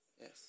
Yes